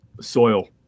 soil